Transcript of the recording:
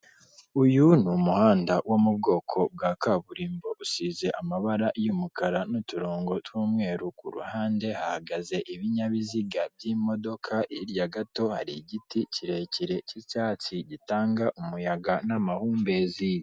Uyu ni umuhanda wo mu bwoko bwa kaburimbo usize amabara y'umukara n'uturongo tw'umweru, ku ruhande hahagaze ibinyabiziga by'imodoka, hirya gato hari igiti kirekire cy'icyatsi gitanga umuyaga n'amahumbezi.